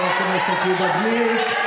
חבר הכנסת יהודה גליק.